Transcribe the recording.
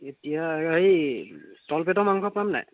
এতিয়া হেৰি তলপেটৰ মাংস পাম নাই